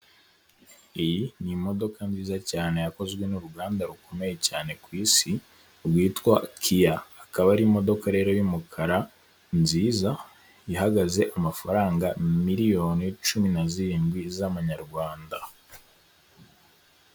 Iyi ni imodoka nziza cyane yakozwe n'uruganda rukomeye cyane ku isi, rwitwa Kiya. Akaba ari imodoka rero y'umukara, nziza, ihagaze amafaranga miliyoni cumi na zirindwi z'amanyarwanda.